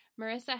Marissa